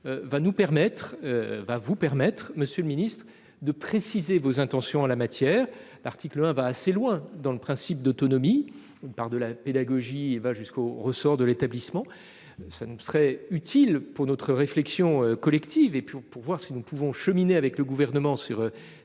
que l'article 1 va vous permettre, monsieur le ministre, de préciser vos intentions en la matière. L'article 1 va assez loin dans le principe d'autonomie : il part de la pédagogie et va jusqu'au ressort de l'établissement. Il nous serait utile, pour notre réflexion collective et pour voir si nous pouvons cheminer avec le Gouvernement sur